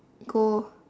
go